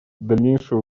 дальнейшее